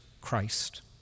Christ